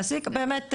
נכון.